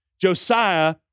Josiah